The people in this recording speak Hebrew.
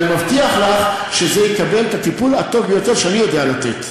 ואני מבטיח לך שזה יקבל את הטיפול הטוב ביותר שאני יודע לתת.